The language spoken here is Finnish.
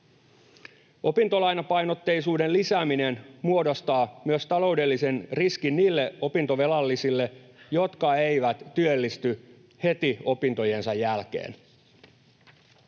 Opintolainapainotteisuuden lisääminen muodostaa myös taloudellisen riskin niille opintovelallisille, jotka eivät työllisty heti opintojensa jälkeen.